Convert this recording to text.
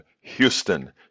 Houston